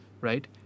Right